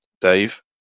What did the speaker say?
Dave